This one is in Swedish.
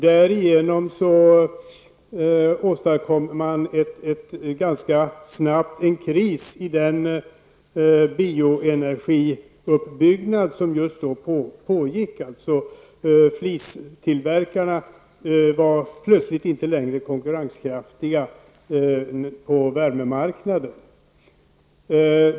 Därigenom åstadkoms ganska snabbt en kris i den bioenergiuppbyggnad som just då pågick. Flistillverkarna var plötsligt inte längre konkurrenskraftiga på värmemarknaden.